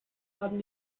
haben